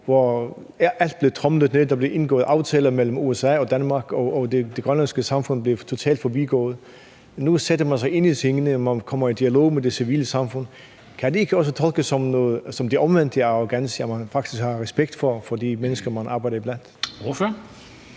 hvor alt blev tromlet ned: Der blev indgået aftaler mellem USA og Danmark, og det grønlandske samfund blev totalt forbigået. Nu sætter man sig ind i tingene. Man kommer i dialog med det civile samfund. Kan det ikke også tolkes som det omvendte af arrogance: at man faktisk har respekt for de mennesker, man arbejder